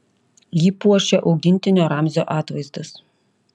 jį puošia augintinio ramzio atvaizdas